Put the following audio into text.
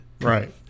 Right